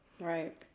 Right